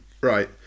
right